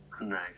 Nice